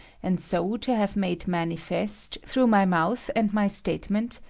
and so to have made manifest, through my mouth and my statement,